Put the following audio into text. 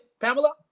Pamela